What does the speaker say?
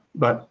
but